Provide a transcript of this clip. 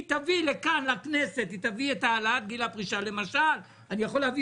היא תביא לכאן לכנסת את העלאת גיל הפרישה למשל אני יכול להביא